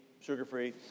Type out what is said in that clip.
sugar-free